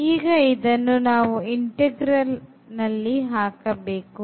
ಈಗ ಇದನ್ನು ನಾವು ನಮ್ಮ ಇಂಟೆಗ್ರಲ್ ನಲ್ಲಿ ಹಾಕಬೇಕು